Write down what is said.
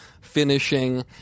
finishing